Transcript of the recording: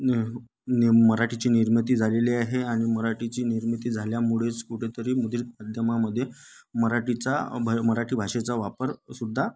नि नी मराठीची निर्मिती झालेली आहे आणि मराठीची निर्मिती झाल्यामुळेच कुठे तरी मुद्रित माध्यमामध्ये मराठीचा भ मराठी भाषेचा वापरसुद्धा